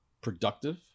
productive